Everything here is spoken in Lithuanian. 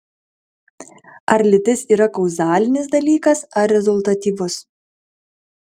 ar lytis yra kauzalinis dalykas ar rezultatyvus